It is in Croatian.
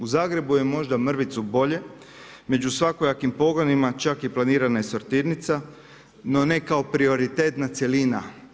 U Zagrebu je možda mrvicu bolje, među svakojakim pogonima čak je planirana i sortirnica no ne kao prioritetna cjelina.